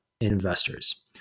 investors